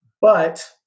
But-